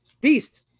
beast